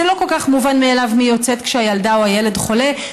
זה לא כל כך מובן מאליו מי יוצאת כאשר הילדה או הילד חולה.